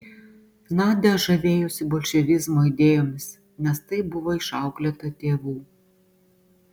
nadia žavėjosi bolševizmo idėjomis nes taip buvo išauklėta tėvų